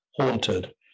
haunted